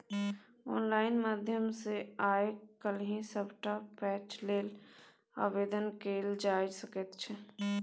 online माध्यम सँ आय काल्हि सभटा पैंच लेल आवेदन कएल जाए सकैत छै